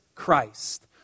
Christ